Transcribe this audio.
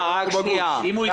הוא בגוש.